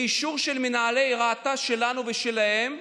באישור של מנהלי רת"א שלנו ושלהם,